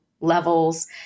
levels